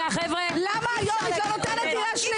למה את לא נותנת לי לדבר?